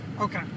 Okay